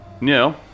No